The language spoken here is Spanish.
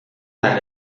las